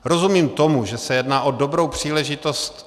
Rozumím tomu, že se jedná o dobrou příležitost.